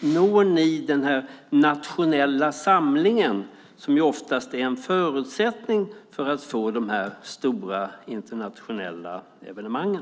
Når ni den nationella samlingen som oftast är en förutsättning för att få de stora internationella evenemangen?